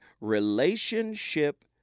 relationship